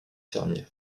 fermiers